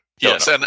Yes